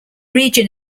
region